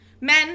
Men